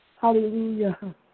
Hallelujah